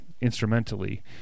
instrumentally